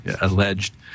alleged